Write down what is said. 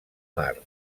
mar